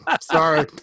sorry